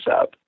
up